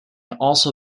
also